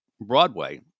Broadway